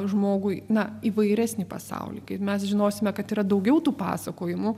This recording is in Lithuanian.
žmogui na įvairesnį pasaulį kai mes žinosime kad yra daugiau tų pasakojimų